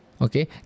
Okay